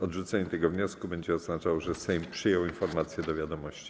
Odrzucenie tego wniosku będzie oznaczało, że Sejm przyjął informację do wiadomości.